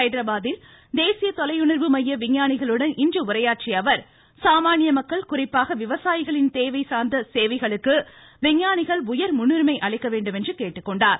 ஹைதராபாதில் தேசிய தொலையுணர்வு மைய விஞ்ஞானிகளுடன் இன்று உரையாற்றிய அவர் சாமானிய மக்கள் குறிப்பாக விவசாயிகளின் தேவை சார்ந்த சேவைகளுக்கு விஞ்ஞானிகள் உயர் முன்னுரிமை அளிக்க வேண்டும் என்று கேட்டுக்கொண்டார்